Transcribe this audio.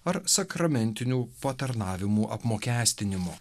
ar sakramentinių patarnavimų apmokestinimo